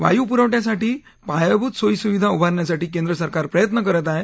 वायु पुरवठ्यासाठी पायाभूत सोयीसुविधा उभारण्यासाठी केंद्र सरकार प्रयत्न करत आहे